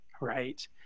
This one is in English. right